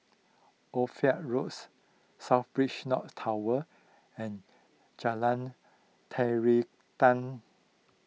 Ophir Roads South Beach North Tower and Jalan Terentang